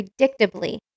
predictably